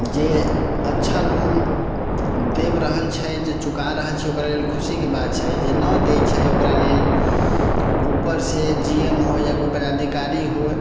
जे अच्छा लोन देब रहल छै जे चुका रहल छै ओकरा लेल खुशीके बात छै जे नहि दै छै ओकरा लेल उपरसँ जी एम हो या कोइ पदाधिकारी होइ